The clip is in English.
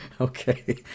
Okay